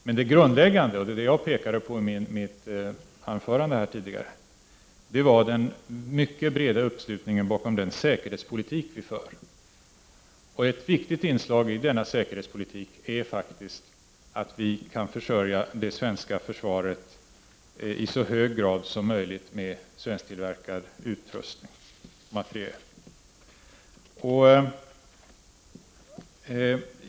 Men det grundläggande, och det jag pekade på i mitt anförande tidigare, var den mycket breda uppslutningen bakom den säkerhetspolitik vi för. Ett viktigt inslag i denna säkerhetspolitik är faktiskt att vi kan försörja det svenska försvaret i så hög grad som möjligt med svensktillverkad materiel.